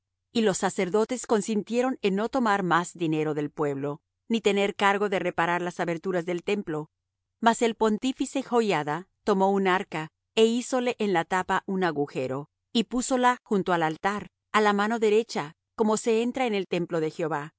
y los sacerdotes consintieron en no tomar más dinero del pueblo ni tener cargo de reparar las aberturas del templo mas el pontífice joiada tomó un arca é hízole en la tapa un agujero y púsola junto al altar á la mano derecha como se entra en le templo de jehová